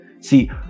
See